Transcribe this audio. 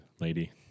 lady